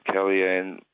Kellyanne